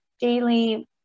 daily